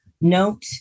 note